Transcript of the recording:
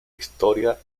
historia